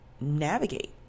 navigate